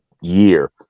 year